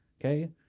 Okay